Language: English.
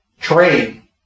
train